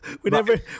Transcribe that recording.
Whenever